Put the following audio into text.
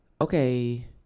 okay